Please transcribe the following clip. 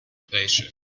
patio